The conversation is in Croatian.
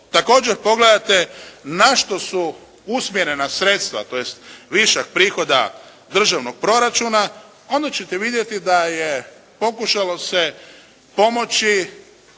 također pogledate na što su usmjerena sredstva tj. višak prihoda državnog proračuna onda ćete vidjeti da je pokušalo se pomoći